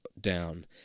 down